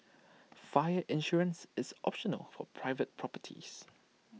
fire insurance is optional for private properties